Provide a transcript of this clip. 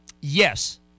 Yes